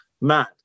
mad